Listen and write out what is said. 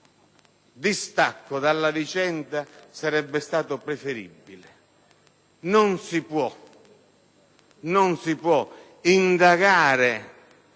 di distacco dalla vicenda sarebbe stato preferibile. Non si può indagare